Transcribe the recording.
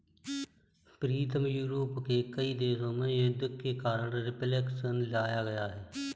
प्रीतम Europe के कई देशों में युद्ध के कारण रिफ्लेक्शन लाया गया है